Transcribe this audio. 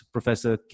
Professor